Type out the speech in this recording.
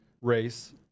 race